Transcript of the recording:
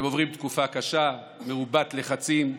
אתם עוברים תקופה קשה, מרובת לחצים,